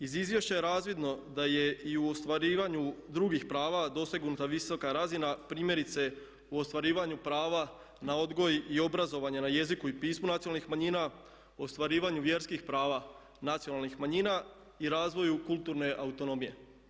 Iz izvješća je razvidno da je i u ostvarivanju drugih prava dosegnuta visoka razina primjerice u ostvarivanju prava na odgoj i obrazovanje na jeziku i pismu nacionalnih manjina, ostvarivanju vjerskih prava nacionalnih manjina i razvoju kulturne autonomije.